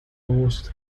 most